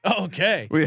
Okay